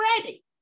ready